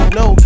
no